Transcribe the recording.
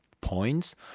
points